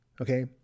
Okay